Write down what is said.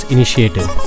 Initiative